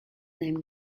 named